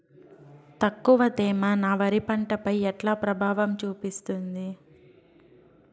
తక్కువ తేమ నా వరి పంట పై ఎట్లా ప్రభావం చూపిస్తుంది?